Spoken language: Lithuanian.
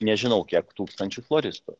nežinau kiek tūkstančių floristų